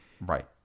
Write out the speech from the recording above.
Right